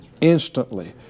instantly